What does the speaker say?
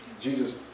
Jesus